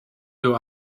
you